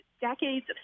decades